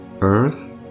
Earth